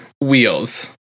wheels